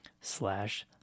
slash